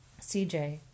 CJ